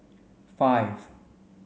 five